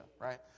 right